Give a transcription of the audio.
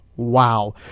wow